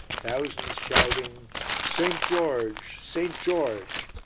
thousands shouting st. george! st. george!